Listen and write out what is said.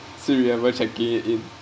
still remember checking it in